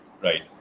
right? (